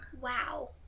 Wow